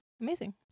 Amazing